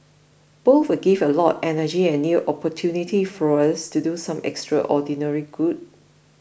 both will give a lot energy and new opportunity for us to do some extraordinary good